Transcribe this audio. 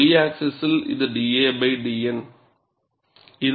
Y ஆக்ஸிஸில் இது da dN ஆகும்